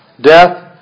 death